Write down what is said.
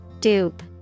Dupe